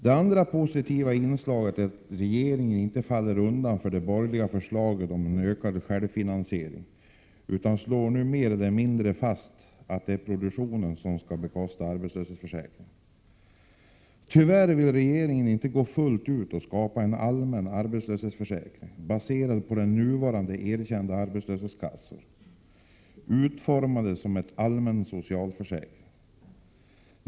Det andra positiva inslaget är att regeringen inte fallit undan för de borgerligas förslag om ökad självfinansiering utan nu mer eller mindre slår fast att det är produktionen som skall bekosta arbetslöshetsförsäkringen. Tyvärr vill regeringen inte löpa linan ut och skapa en allmän arbetslöshetsförsäkring baserad på nuvarande erkända arbetslöshetskassor och utformad som en allmän socialförsäkring.